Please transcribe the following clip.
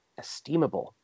Esteemable